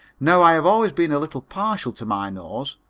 now i have always been a little partial to my nose.